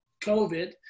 COVID